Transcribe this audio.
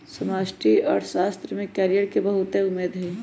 समष्टि अर्थशास्त्र में कैरियर के बहुते उम्मेद हइ